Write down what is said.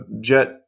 jet